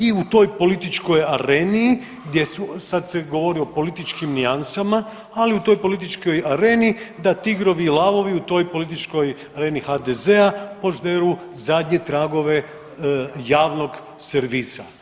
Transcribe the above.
I toj političkoj areni gdje su, sad se govori o političkim nijansama, ali u toj političkoj areni, da tigrovi i lavovi u toj političkoj areni HDZ-a požderu zadnje tragove javnog servisa.